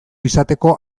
izateko